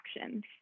actions